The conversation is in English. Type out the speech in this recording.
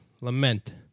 lament